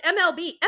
MLB